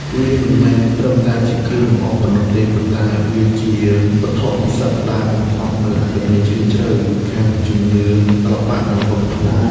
វាមិនមែនត្រឹមតែជាគ្រឿងលម្អប៉ុណ្ណោះទេ ប៉ុន្តែជាវត្ថុពិសិដ្ឋដែលបង្កប់នូវអត្ថន័យជ្រាលជ្រៅខាងជំនឿ សិល្បៈ និងវប្បធម៌។